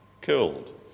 killed